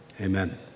Amen